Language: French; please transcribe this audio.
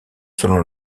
selon